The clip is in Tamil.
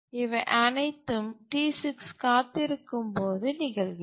இவை அனைத்தும் T6 காத்திருக்கும்போது நிகழ்கிறது